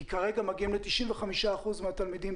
כרגע לימודי תעבורה מגיעים ל-95% מהתלמידים,